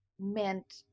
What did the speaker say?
meant